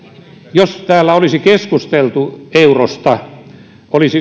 jos täällä olisi keskusteltu eurosta olisi